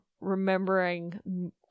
remembering